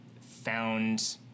Found